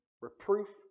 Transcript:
reproof